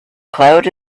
cloud